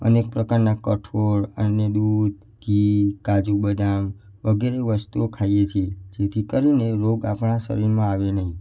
અનેક પ્રકારનાં કઠોળ અને દૂધ ઘી કાજુ બદામ વગેરે વસ્તુઓ ખાઈએ છીએ જેથી કરીને રોગ આપણાં શરીરમાં આવે નહીં